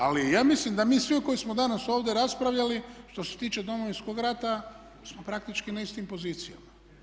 Ali ja mislim da mi svi koji smo danas ovdje raspravljali što se tiče Domovinskog rata smo praktički na istim pozicijama.